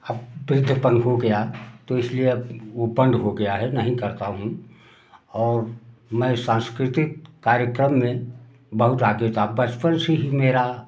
अब वृद्धपन हो गया तो इसलिए अब वह बंद हो गया है नहीं करता हूँ और मैं सांस्कृतिक कार्यक्रम में बहुत आगे था बचपन से ही मेरा